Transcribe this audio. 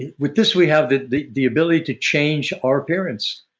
with this, we have the the ability to change our appearance.